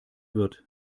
wird